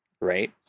right